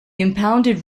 impounded